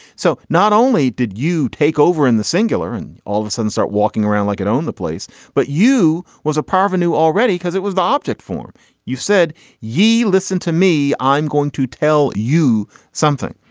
so not only did you take over in the singular and all of a sudden start walking around like it owned the place but you was a part of a new already because it was the object form you said ye listen to me i'm going to tell you something.